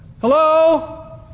Hello